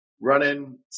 running